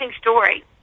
story